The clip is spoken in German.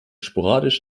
sporadisch